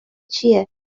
چیه